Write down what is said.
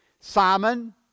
Simon